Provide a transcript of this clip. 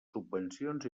subvencions